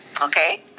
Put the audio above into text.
Okay